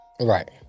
Right